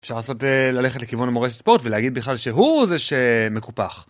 אפשר לנסות ללכת לכיוון המורה ספורט ולהגיד בכלל שהוא זה שמקופח.